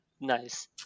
Nice